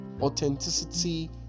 authenticity